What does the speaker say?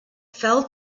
fell